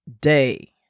day